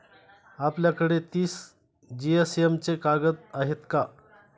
आपल्याकडे तीस जीएसएम चे कागद आहेत का?